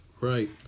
Right